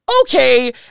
okay